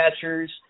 catchers